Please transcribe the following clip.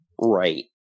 right